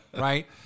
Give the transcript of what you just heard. right